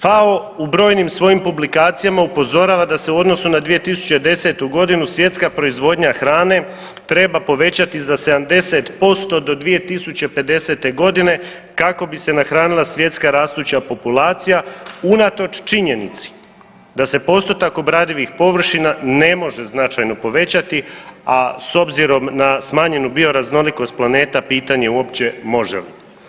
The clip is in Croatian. FAO u brojnim svojim publikacijama upozorava da se u odnosu na 2010. godinu svjetska proizvodnja hrane treba povećati za 70% do 2050. godine kako bi se nahranila svjetska rastuća populacija unatoč činjenici da se postotak obradivih površina ne može značajno povećati, a s obzirom na smanjenu bio raznolikost planeta pitanje je uopće može li.